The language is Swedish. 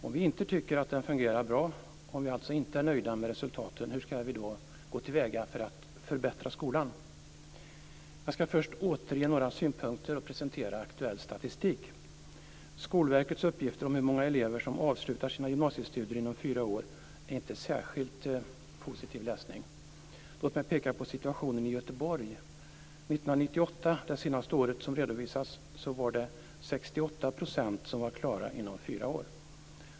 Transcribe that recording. Om vi inte tycker att den fungerar bra, om vi alltså inte är nöjda med resultaten, hur skall vi då gå till väga för att förbättra skolan? Jag skall först återge några synpunkter och presentera aktuell statistik. Skolverkets uppgifter om hur många elever som avslutar sina gymnasiestudier inom fyra år är inte en särskilt positiv läsning. Låt mig peka på situationen i År 1998, det senaste året som redovisas, var det 68 % som var klara inom fyra år.